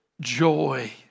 Joy